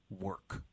work